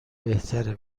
بهتره